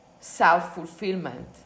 self-fulfillment